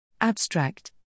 Abstract